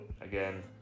again